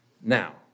now